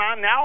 now